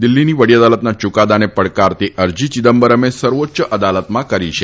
દિલ્હીની વડી અદાલતના યૂકાદાને પડકારતી અરજી ચિદંબરમે સર્વોચ્ય અદાલતમાં કરી હતી